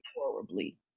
horribly